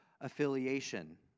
affiliation